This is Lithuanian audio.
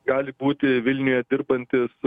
gali būti vilniuje dirbantis